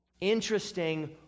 Interesting